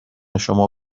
شما